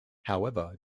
however